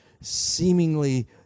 seemingly